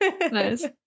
Nice